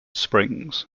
springs